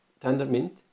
Tendermint